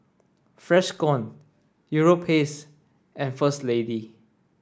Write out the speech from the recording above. Freshkon Europace and First Lady